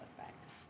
effects